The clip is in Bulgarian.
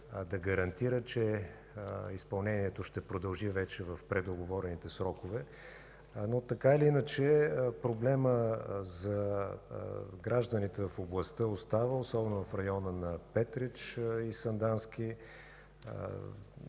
да гарантира, че изпълнението ще продължи вече в предоговорените срокове. Така или иначе проблемът за гражданите в областта остава, особено в района на Петрич и Сандански.